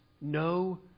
no